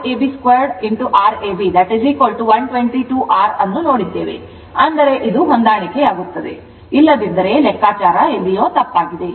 ಅಂತೆಯೇ ನಾವು Iab 2 Rab122 R ಅನ್ನು ನೋಡಿದ್ದೇವೆ ಅಂದರೆ ಅದು ಹೊಂದಾಣಿಕೆಯಾಗುತ್ತದೆ ಇಲ್ಲದಿದ್ದರೆ ಎಲ್ಲೋ ಲೆಕ್ಕಾಚಾರ ತಪ್ಪಾಗಿದೆ